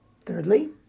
thirdly